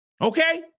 okay